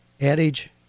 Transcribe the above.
adage